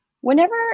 whenever